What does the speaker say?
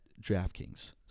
DraftKings